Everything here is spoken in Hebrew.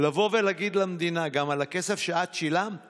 לבוא ולהגיד למדינה: גם על הכסף שאת שילמת